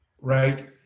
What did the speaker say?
Right